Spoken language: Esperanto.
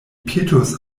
petos